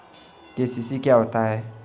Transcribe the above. KCC क्या होता है?